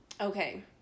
Okay